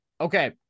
Okay